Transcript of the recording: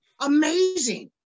Amazing